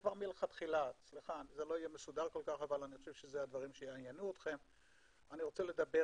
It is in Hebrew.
נכון שהוועדה נקראה